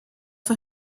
for